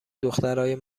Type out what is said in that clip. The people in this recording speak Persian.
دخترای